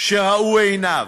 שראו עיניו.